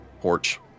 porch